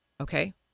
okay